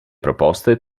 proposte